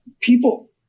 People